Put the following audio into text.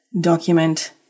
document